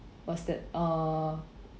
what's that uh